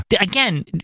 again